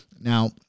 Now